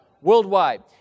Worldwide